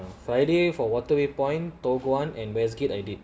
friday for waterway point toh guan and west gate I did